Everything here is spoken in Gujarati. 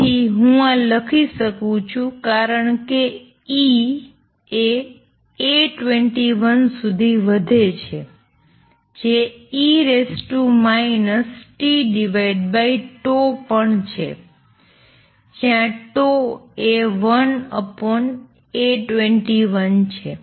તેથી હું આ લખી શકું છું કારણ કે e એ A21 સુધી વધે છે જે e tτ પણ છે જ્યાં એ 1 A21 છે